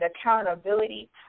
accountability